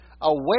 away